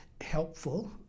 helpful